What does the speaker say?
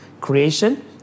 Creation